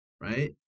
Right